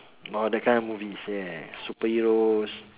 oh that kind of movies ya superheroes